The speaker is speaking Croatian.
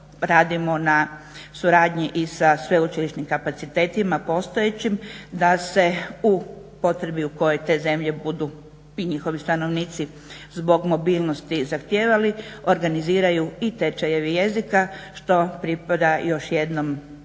radimo na suradnji i sa sveučilišnim kapacitetima postojećim da se u potrebi u kojoj te zemlje budu, ti njihovi stanovnici zbog mobilnosti zahtijevali, organiziraju i tečajevi jezika što pripada još jednom izvoru